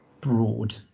broad